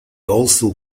also